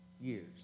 years